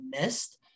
missed